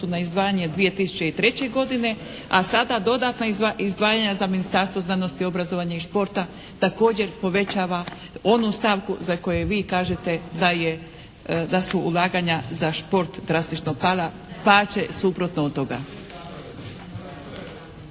na izdvajanje 2003. godine, a sada dodatna izdvajanja za Ministarstvo znanosti, obrazovanja i športa također povećava onu stavku za koju vi kažete da su ulaganja za šport drastično pala, pače suprotno od toga.